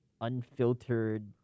unfiltered